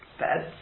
bed